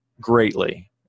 greatly